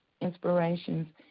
inspirations